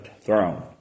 throne